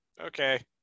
Okay